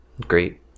great